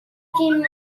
مهندس